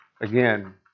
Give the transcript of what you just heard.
Again